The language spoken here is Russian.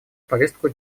повестку